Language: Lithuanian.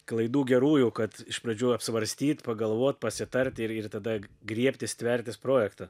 klaidų gerųjų kad iš pradžių apsvarstyt pagalvot pasitart ir ir tada griebtis tvertis projekto